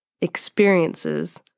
experiences